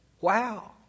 Wow